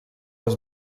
els